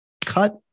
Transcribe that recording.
cut